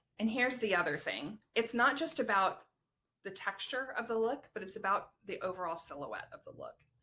and here's the other thing it's not just about the texture of the look but it's about the overall silhouette of the look.